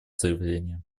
заявление